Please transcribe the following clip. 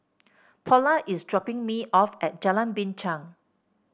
Paula is dropping me off at Jalan Binchang